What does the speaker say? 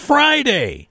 Friday